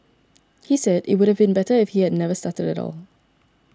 he said it would have been better if he had never started at all